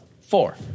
Four